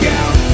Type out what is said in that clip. out